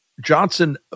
Johnson –